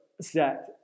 set